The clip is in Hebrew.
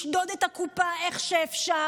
לשדוד את הקופה איך שאפשר,